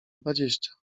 dwadzieścia